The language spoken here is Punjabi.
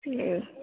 ਤੇ